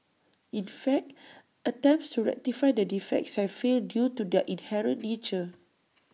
in fact attempts to rectify the defects have failed due to their inherent nature